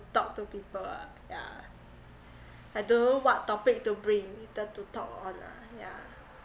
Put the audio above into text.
talk to people ah yeah I don't know what topic to bring needed to talk on ah yeah